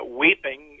weeping